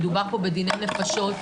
מדובר פה בדיני נפשות.